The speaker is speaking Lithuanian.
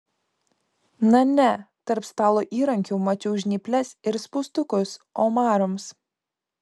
na ne tarp stalo įrankių mačiau žnyples ir spaustukus omarams